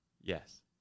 Yes